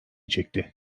çekti